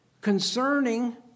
Concerning